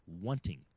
wanting